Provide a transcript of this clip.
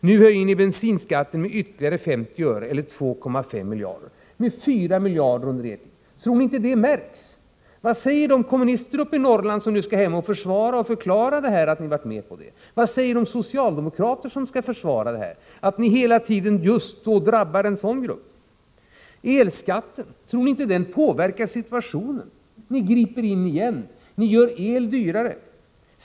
Nu höjer ni bensinskatten med ytterligare 50 öre, eller 2,5 miljarder kronor. Det blir en ökning med 4 miljarder kronor under er regeringstid. Tror ni inte att detta märks? Vad säger de kommunister från Norrland som snart skall hem och försvara det här och som skall förklara att de varit med på detta? Vad säger de socialdemokrater som skall försvara det här? Hela tiden drabbas ju just en sådan grupp som bilisterna. Sedan beträffande elskatten. Tror ni inte att den påverkar situationen? Ni griper återigen in. Ni gör elektriciteten dyrare.